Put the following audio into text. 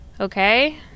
Okay